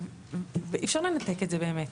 ואי אפשר לנתק את זה באמת.